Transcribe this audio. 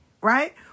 right